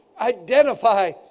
Identify